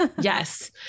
Yes